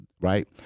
right